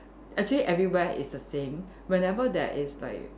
actually everywhere is the same whenever there is like